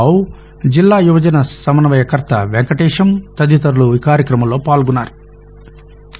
రావు జిల్లా యువజన సమన్వయకర్త వెంకటేశం తదితరులు ఈ కార్యక్రమంలో పాల్గొన్నారు